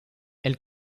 elle